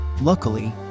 Luckily